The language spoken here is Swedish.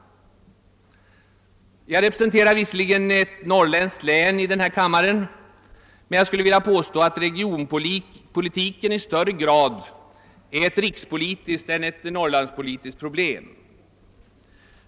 Jag representerar visserligen i denna kammare ett norrländskt län, men jag vill ändå påstå att regionpolitiken i större grad är ett rikspolitiskt än ett norrlandspolitiskt problem.